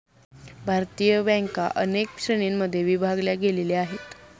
भारतीय बँका अनेक श्रेणींमध्ये विभागल्या गेलेल्या आहेत